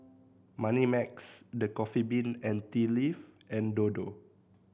Moneymax The Coffee Bean and Tea Leaf and Dodo